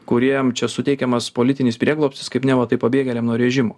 kuriem čia suteikiamas politinis prieglobstis kaip neva tai pabėgėliam nuo režimo